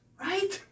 right